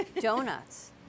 Donuts